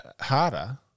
harder